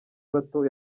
bato